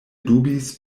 dubis